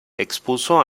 expuso